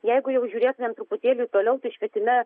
jeigu jau žiūrėtumėm truputėlį toliau tai švietime